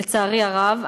לצערי הרב.